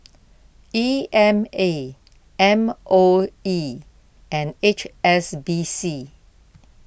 E M A M O E and H S B C